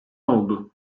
oldu